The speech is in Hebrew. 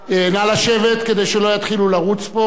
נא לשבת, כדי שלא יתחילו לרוץ פה.